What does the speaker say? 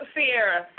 Sierra